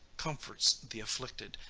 comforts the afflicted,